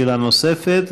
שאלה נוספת,